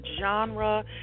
genre